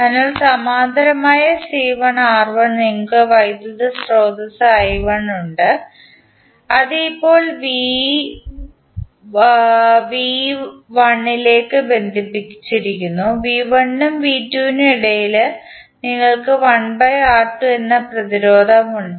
അതിനാൽ സമാന്തരമായി C1 R1 നിങ്ങൾക്ക് വൈദ്യുത സ്രോതസ്സ് I1 ഉണ്ട് അത് ഇപ്പോൾ V1 ലേക്ക് ബന്ധിപ്പിച്ചിരിക്കുന്നു V1 നും V2 നും ഇടയിൽ നിങ്ങൾക്ക് 1 R2 എന്ന പ്രതിരോധമുണ്ട്